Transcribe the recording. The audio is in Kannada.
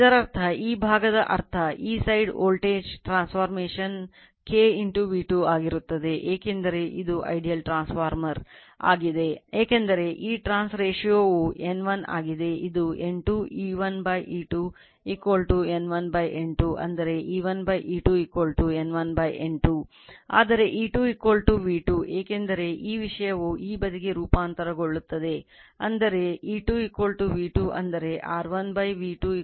ಇದರರ್ಥ ಈ ಭಾಗದ ಅರ್ಥ ಈ side voltage ವು N1 ಆಗಿದೆ ಇದು N2 E1 E2 N1 N2 ಅಂದರೆ E1 E2 N1 N2 ಆದರೆ E2 V2 ಏಕೆಂದರೆ ಈ ವಿಷಯವು ಈ ಬದಿಗೆ ರೂಪಾಂತರಗೊಳ್ಳುತ್ತದೆ ಅಂದರೆ E2 V2 ಅಂದರೆ R1 V2 K N1 N2 K